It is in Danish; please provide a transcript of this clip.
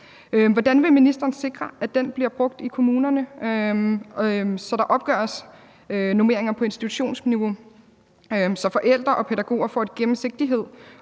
Hvordan vil ministeren sikre, at den bliver brugt i kommunerne, så der opgøres normeringer på institutionsniveau, så forældre og pædagoger får gennemsigtighed